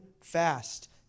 fast